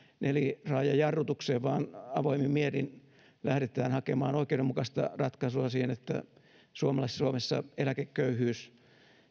neliraajajarrutukseen vaan avoimin mielin lähdetään hakemaan oikeudenmukaista ratkaisua siihen että suomessa eläkeköyhyys